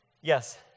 yes